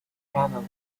canal